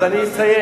אז אני אסיים.